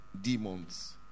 Demons